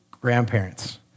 grandparents